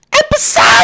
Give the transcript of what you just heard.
episode